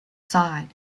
side